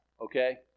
okay